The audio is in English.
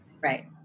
Right